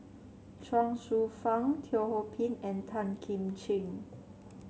Chuang Hsueh Fang Teo Ho Pin and Tan Kim Ching